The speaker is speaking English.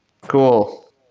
Cool